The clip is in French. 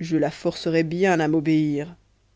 je la forcerais bien à m'obéir